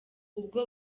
ubwo